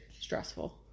stressful